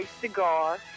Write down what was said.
cigar